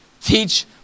Teach